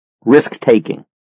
Risk-taking